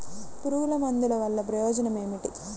పురుగుల మందుల వల్ల ప్రయోజనం ఏమిటీ?